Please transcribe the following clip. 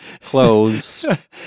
clothes